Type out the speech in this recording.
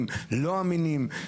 כמו שאומרים.